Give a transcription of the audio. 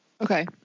Okay